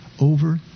over